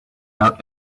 out